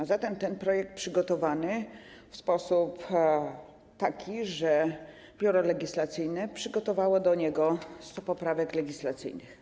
A zatem ten projekt był przygotowany w taki sposób, że Biuro Legislacyjne przygotowało do niego 100 poprawek legislacyjnych.